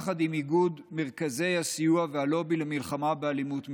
יחד עם איגוד מרכזי הסיוע והלובי למלחמה באלימות מינית,